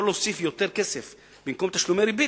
להוסיף יותר כסף במקום תשלומי ריבית,